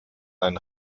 ein